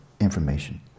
information